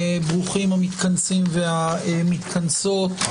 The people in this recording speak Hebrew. ברוכים המתכנסים והמתכנסות,